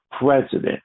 president